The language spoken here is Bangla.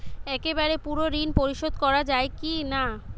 একবারে পুরো ঋণ পরিশোধ করা যায় কি না?